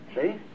See